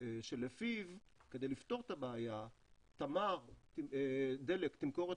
שלפיו כדי לפתור את הבעיה דלק תמכור את